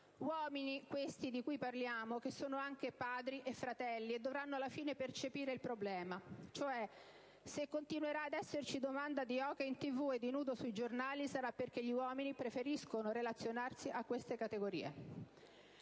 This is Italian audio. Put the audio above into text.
uomini, questi di cui parliamo, che sono anche padri e fratelli e dovranno alla fine percepire il problema. Cioè: se continuerà ad esserci domanda di oche in TV e di nudo sui giornali, sarà perché gli uomini preferiscono relazionarsi a queste categorie.